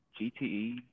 GTE